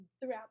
throughout